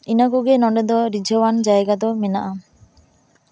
ᱤᱱᱟᱹ ᱠᱚᱜᱮ ᱱᱚᱸᱰᱮ ᱫᱚ ᱨᱤᱱᱡᱷᱟᱹᱣᱟᱱ ᱡᱟᱭᱜᱟ ᱫᱚ ᱢᱮᱱᱟᱜᱼᱟ